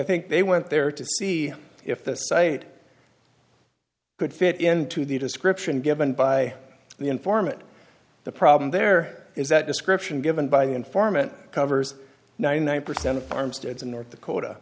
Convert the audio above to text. think they went there to see if the site could fit into the description given by the informant the problem there is that description given by the informant covers ninety nine percent of farmsteads in north dakota